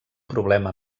problema